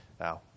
Now